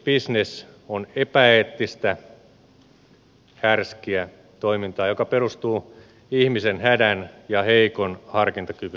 pikavippibisnes on epäeettistä härskiä toimintaa joka perustuu ihmisen hädän ja heikon harkintakyvyn hyväksikäyttöön